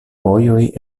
vojoj